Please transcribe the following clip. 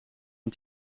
een